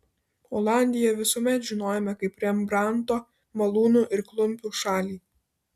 olandiją visuomet žinojome kaip rembrandto malūnų ir klumpių šalį